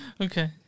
Okay